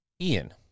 Ian